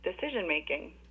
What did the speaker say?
decision-making